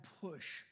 push